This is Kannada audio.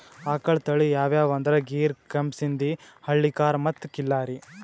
ಆಕಳ್ ತಳಿ ಯಾವ್ಯಾವ್ ಅಂದ್ರ ಗೀರ್, ಕೆಂಪ್ ಸಿಂಧಿ, ಹಳ್ಳಿಕಾರ್ ಮತ್ತ್ ಖಿಲ್ಲಾರಿ